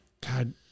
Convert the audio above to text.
God